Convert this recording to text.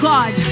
God